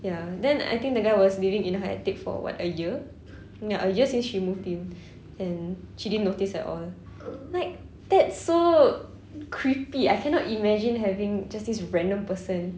ya then I think the guy was living in her attic for what ah year ya a year since she moved in and she didn't notice at all like that's so creepy I cannot imagine having just this random person